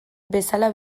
bezala